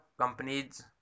companies